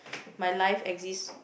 my life exist